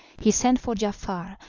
he sent for giafar,